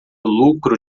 lucro